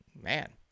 Man